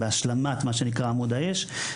בהשלמת עמוד האש.